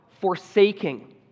forsaking